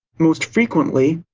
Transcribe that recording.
most frequently,